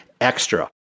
extra